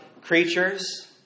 Creatures